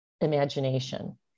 imagination